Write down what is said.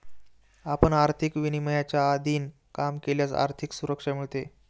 आपण आर्थिक विनियमांच्या अधीन काम केल्यास आर्थिक सुरक्षा मिळते